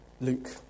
Luke